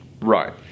Right